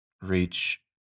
reach